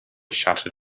shouted